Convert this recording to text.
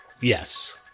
Yes